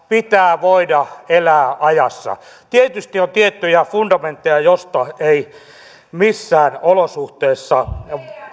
pitää voida elää ajassa tietysti on tiettyjä fundamentteja joista ei missään olosuhteissa